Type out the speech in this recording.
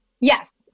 yes